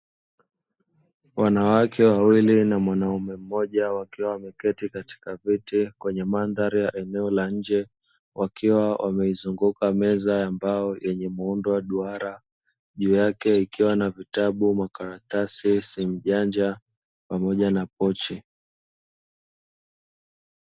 Wanawake wawili na mwanaume mmoja, wakiwa wameketi katika viti kwenye mandhari ya eneo la nje. Wakiwa wameizunguka meza ambayo, yenye muundo wa duara juu yake ikiwa na vitabu, makaratasi, simujanja pamoja na pochi.